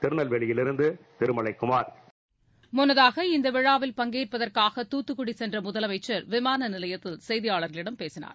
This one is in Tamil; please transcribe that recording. திருநெல்வேலியிலிருந்து திருமலைக்குமார் முன்னதாக இந்த விழாவில் பங்கேற்பதற்காக தூத்துக்குடி சென்ற முதலமைச்சர் விமான நிலையத்தில் செய்தியாளர்களிடம் பேசினார்